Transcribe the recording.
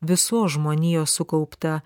visos žmonijos sukaupta